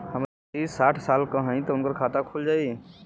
हमरे दादी साढ़ साल क हइ त उनकर खाता खुल जाई?